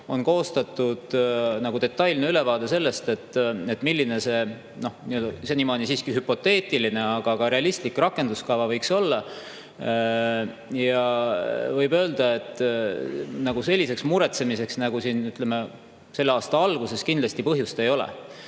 On koostatud detailne ülevaade sellest, milline see senimaani hüpoteetiline, aga ka realistlik rakenduskava võiks olla. Ja võib öelda, et selliseks muretsemiseks, nagu oli selle aasta alguses, kindlasti põhjust ei ole.